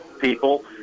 people